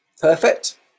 Perfect